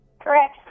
Correct